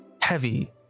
heavy